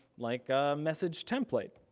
like a message template.